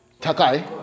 takai